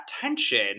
tension